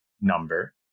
number